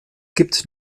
gibt